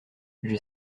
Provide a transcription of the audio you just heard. j’ai